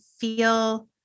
feel